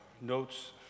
notes